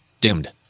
dimmed